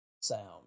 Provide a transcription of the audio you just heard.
sound